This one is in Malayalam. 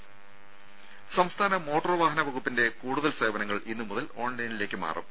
രും സംസ്ഥാന മോട്ടോർ വാഹന വകുപ്പിന്റെ കൂടുതൽ സേവനങ്ങൾ ഇന്നു മുതൽ ഓൺലൈനിലേക്ക് മാറും